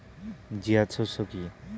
জায়িদ শস্য কি?